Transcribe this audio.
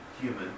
human